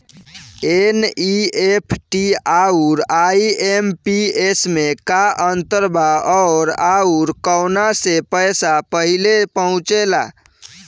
NEFT आउर IMPS मे का अंतर बा और आउर कौना से पैसा पहिले पहुंचेला?